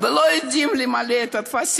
אני מבקשת להתייחס, את לא יודעת על מה את מקשקשת.